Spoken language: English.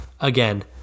again